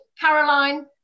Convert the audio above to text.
Caroline